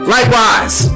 Likewise